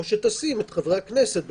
או שתשים את חברי הכנסת ב-37(א).